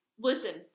Listen